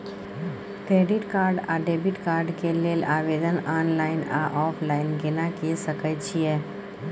Credit card आ debit card के लेल आवेदन ऑनलाइन आ ऑफलाइन केना के सकय छियै?